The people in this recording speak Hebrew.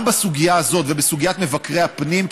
גם בסוגיה הזאת ובסוגיית מבקרי הפנים,